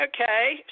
Okay